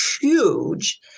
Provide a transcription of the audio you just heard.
huge